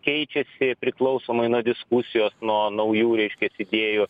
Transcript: keičiasi priklausomai nuo diskusijos nuo naujų reiškias idėjų